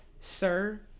Sir